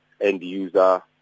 end-user